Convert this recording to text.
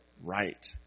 right